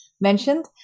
mentioned